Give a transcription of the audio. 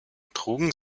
trugen